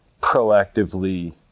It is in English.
proactively